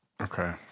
Okay